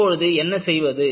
இப்பொழுது என்ன செய்வது